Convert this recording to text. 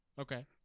Okay